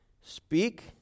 Speak